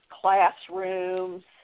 classrooms